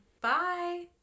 Bye